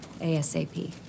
asap